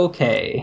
Okay